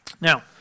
Now